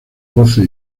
doce